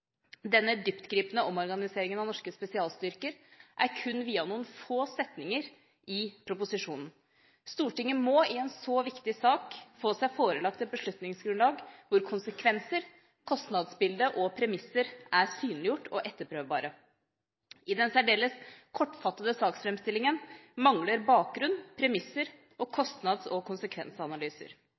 Denne dyptgripende omorganiseringen av norske spesialstyrker er kun viet noen få setninger i proposisjonen. Stortinget må i en så viktig sak få seg forelagt et beslutningsgrunnlag hvor konsekvenser, kostnadsbilde og premisser er synliggjort og etterprøvbare. I den særdeles kortfattede saksframstillingen mangler bakgrunn, premisser og kostnads- og konsekvensanalyser.